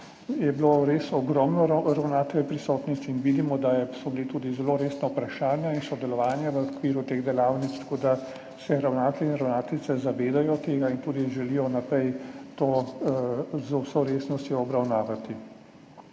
je bilo res ogromno ravnateljev in vidimo, da so bila tudi zelo resna vprašanja in sodelovanje v okviru teh delavnic, tako da se ravnatelji in ravnateljice zavedajo tega in tudi želijo obravnavati